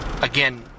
Again